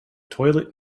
toilet